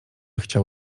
chciał